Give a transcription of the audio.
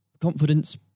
confidence